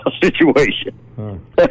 situation